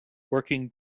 working